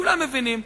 כולם מבינים,